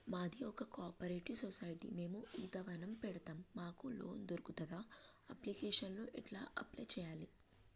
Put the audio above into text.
మాది ఒక cooperative society మేము ఈత వనం పెడతం మాకు లోన్ దొర్కుతదా? అప్లికేషన్లను ఎట్ల అప్లయ్ చేయాలే?